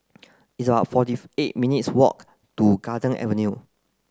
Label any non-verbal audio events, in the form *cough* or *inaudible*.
it's about forty *unintelligible* eight minutes' walk to Garden Avenue